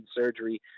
surgery